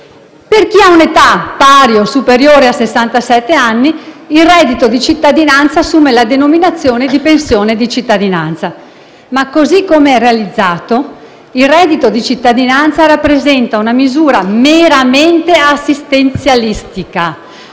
Per chi ha un'età pari o superiore a sessantasette anni il reddito di cittadinanza assume la denominazione di pensione di cittadinanza. Ma, così com'è realizzato, il reddito di cittadinanza rappresenta una misura meramente assistenzialistica,